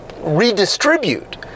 redistribute